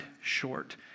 short